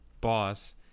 boss